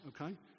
Okay